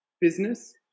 business